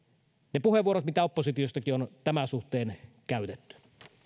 ne puheenvuorot mitä oppositiostakin on tämän suhteen käytetty täällä